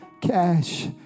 Cash